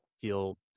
feel